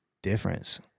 difference